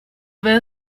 were